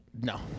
No